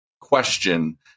question